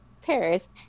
Paris